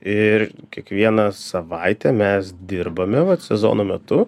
ir kiekvieną savaitę mes dirbame vat sezono metu